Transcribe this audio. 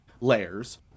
layers